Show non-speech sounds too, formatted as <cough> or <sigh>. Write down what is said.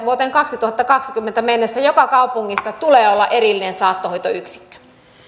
<unintelligible> vuoteen kaksituhattakaksikymmentä mennessä joka kaupungissa tulee olla erillinen saattohoitoyksikkö